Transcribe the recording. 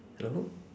hello